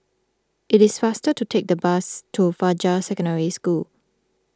it is faster to take the bus to Fajar Secondary School